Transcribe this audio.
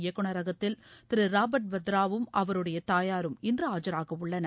இயக்குநகரகத்தில் திரு ராபா்ட் வத்ராவும் அவருடைய தாயாரும் இன்று ஆஜராகவுள்ளனர்